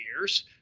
years